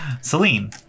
Celine